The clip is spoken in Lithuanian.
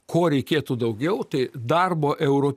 ko reikėtų daugiau tai darbo euro